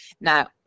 Now